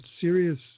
serious